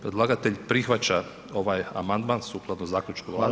Predlagatelj prihvaća ovaj amandman sukladno zaključku Vlade.